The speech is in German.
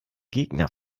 gegner